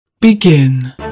Begin